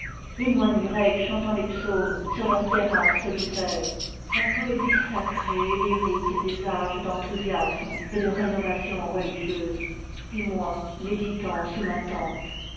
les moines grecs chantant les psaumes sur leurs terrasses solitaires la poésie sacrée et lyrique des âges d'enthousiasme et de renovation religieuse et moi méditant sous ma tente